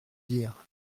dire